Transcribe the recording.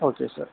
okay sir